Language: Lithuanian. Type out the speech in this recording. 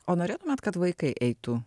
o norėtumėt kad vaikai eitų